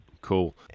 Cool